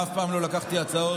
אף פעם לא לקחתי הצעות